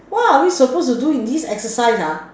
what are we supposed to do in this exercise ah